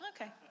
Okay